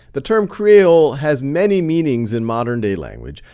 the term creole has many meanings in modern-day language,